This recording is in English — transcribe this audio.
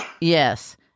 Yes